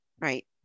Right